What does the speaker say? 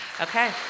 Okay